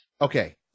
okay